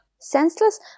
Senseless